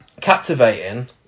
captivating